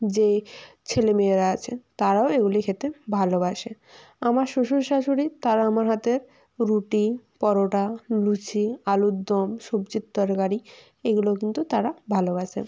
যে ছেলে মেয়েরা আছে তারাও এগুলি খেতে ভালোবাসে আমার শ্বশুর শাশুড়ি তারা আমার হাতের রুটি পরোটা লুচি আলুর দম সবজির তরকারি এগুলো কিন্তু তারা ভালোবাসে